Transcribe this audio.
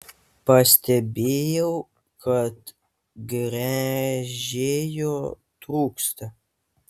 pastebėjau kad gręžėjo trūksta